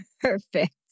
Perfect